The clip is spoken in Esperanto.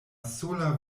sola